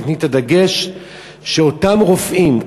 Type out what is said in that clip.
תיתני את הדגש שאותם רופאים,